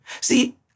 See